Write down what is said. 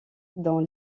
dans